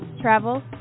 travel